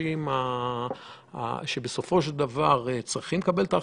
האנשים שבסופו של דבר צריכים לקבל את ההחלטה,